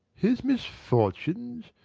his misfortunes!